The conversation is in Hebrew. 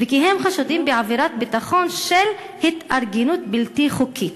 וכי הם חשודים בעבירת ביטחון של התארגנות בלתי חוקית,